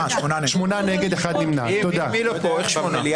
1 ההסתייגות מס' 9 של קבוצת סיעת חד"ש-תע"ל לא נתקבלה.